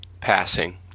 passing